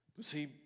See